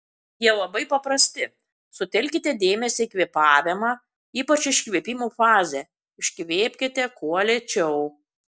jie labai paprasti sutelkite dėmesį į kvėpavimą ypač į iškvėpimo fazę iškvėpkite kuo lėčiau